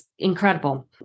incredible